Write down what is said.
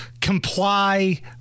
comply